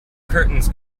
curtains